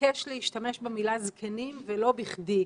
מתעקש להשתמש במילה זקנים ולא בכדי,